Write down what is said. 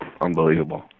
unbelievable